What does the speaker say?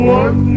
one